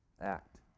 act